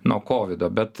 nuo kovido bet